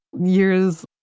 years